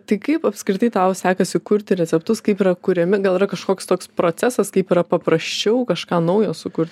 tai kaip apskritai tau sekasi kurti receptus kaip yra kuriami gal yra kažkoks toks procesas kaip yra paprasčiau kažką naujo sukurt